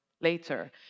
later